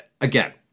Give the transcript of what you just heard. again